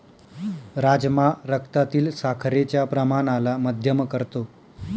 राजमा रक्तातील साखरेच्या प्रमाणाला मध्यम करतो